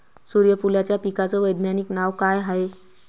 सुर्यफूलाच्या पिकाचं वैज्ञानिक नाव काय हाये?